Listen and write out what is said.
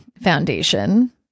Foundation